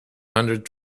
hundred